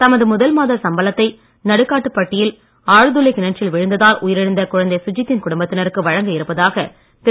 தமது முதல் மாத சம்பளத்தை நடுக்காட்டுப்பட்டியில் ஆழ்துளை கிணற்றில் விழுந்ததால் உயிரிழந்த குழந்தை சுஜித்தின் குடும்பத்தினருக்கு வழங்க இருப்பதாக திரு